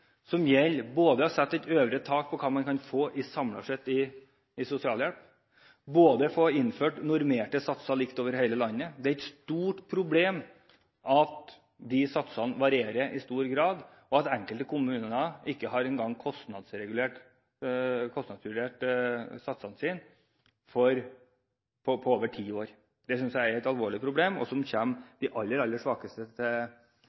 det gjelder sosialhjelp: Jeg skulle ønske at man fra regjeringens side hadde fulgt opp det Fremskrittspartiet fremmet i representantforslaget i vår, bl.a. oppfølging av det som også Brochmann-utvalget peker på – både sette et øvre tak på hva man kan få i sosialhjelp samlet sett, og innføre normerte, like satser over hele landet. Det er et stort problem at satsene varierer i stor grad, og at enkelte kommuner ikke engang har kostnadsregulert satsene sine på over ti år.